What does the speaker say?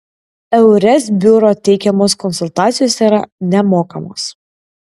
eures biuro teikiamos konsultacijos yra nemokamos